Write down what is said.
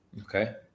Okay